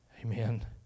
Amen